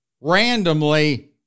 randomly